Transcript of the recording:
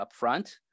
upfront